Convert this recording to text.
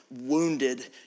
wounded